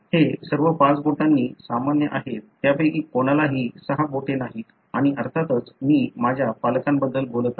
ते सर्व पाच बोटांनी सामान्य आहेत त्यापैकी कोणालाही सहा बोटे नाही आणि अर्थातच मी माझ्या पालकांबद्दल बोलत आहे